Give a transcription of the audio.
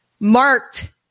marked